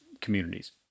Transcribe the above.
communities